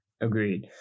agreed